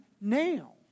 now